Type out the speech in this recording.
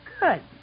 Good